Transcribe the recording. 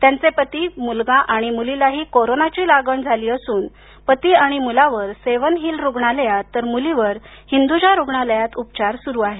त्यांचे पती मुलगा आणि मुलीलाही कोरोनाची लागण झाली असून पती आणि मुलावर सेव्हन हिल रुग्णालयात तर मुलीवर हिंदुजा रुग्णालयात उपचार सुरू आहेत